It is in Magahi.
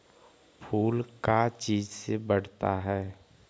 फूल का चीज से बढ़ता है?